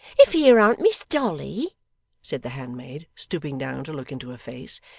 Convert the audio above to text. if here an't miss dolly said the handmaid, stooping down to look into her face,